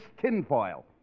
Tinfoil